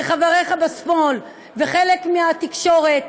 לחבריך בשמאל ולחלק מהתקשורת,